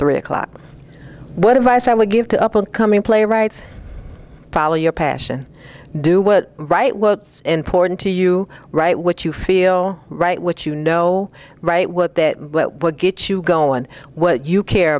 three o'clock what advice i would give to up and coming playwrights follow your passion do what right what's important to you right which you feel right which you know right what that what gets you going what you care